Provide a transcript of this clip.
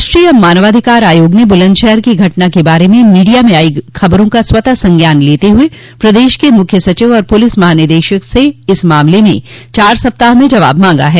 राष्ट्रीय मानवाधिकार आयोग ने बुलन्दशहर की घटना के बारे में मीडिया में आई खबरों का स्वतः संज्ञान लेते हुए प्रदेश के मुख्य सचिव और पुलिस महानिदेशक से इस मामले में चार सप्ताह में जवाब मांगा है